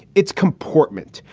it's comportment.